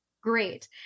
Great